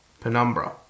Penumbra